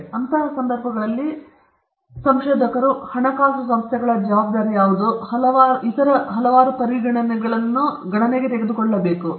ಆದ್ದರಿಂದ ಅಂತಹ ಸಂದರ್ಭಗಳಲ್ಲಿ ಸಂಶೋಧಕರು ಹಣಕಾಸು ಸಂಸ್ಥೆಗಳ ಜವಾಬ್ದಾರಿ ಯಾವುದು ಮತ್ತು ಹಲವಾರು ಇತರ ಪರಿಗಣನೆಗಳು ಗಣನೆಗೆ ತೆಗೆದುಕೊಳ್ಳಬೇಕು